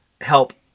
help